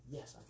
Yes